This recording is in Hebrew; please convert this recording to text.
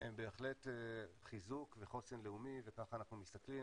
הם בהחלט חיזוק וחוסן לאומי וככה אנחנו מסתכלים